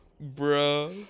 Bro